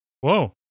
Whoa